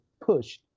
push